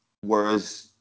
Whereas